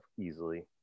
easily